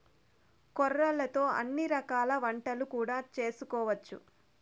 కొర్రలతో అన్ని రకాల వంటలు కూడా చేసుకోవచ్చు